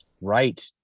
Right